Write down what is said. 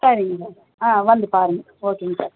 சரிங்கங்க ஆ வந்து பாருங்க ஓகேங்க